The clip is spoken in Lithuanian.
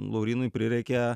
laurynui prireikia